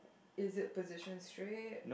is it positioned straight